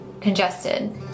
congested